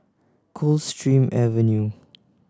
Coldstream Avenue